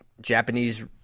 Japanese